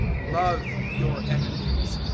love your enemies,